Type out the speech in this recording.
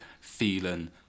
Feeling